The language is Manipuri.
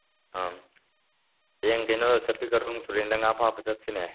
ꯎꯝ ꯍꯌꯦꯡ ꯀꯩꯅꯣ ꯆꯄꯤꯀꯔꯣꯡ ꯇꯨꯔꯦꯟꯗ ꯉꯥ ꯐꯥꯕ ꯆꯠꯁꯤꯅꯦ